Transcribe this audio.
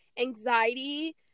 anxiety